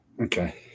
Okay